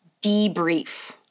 debrief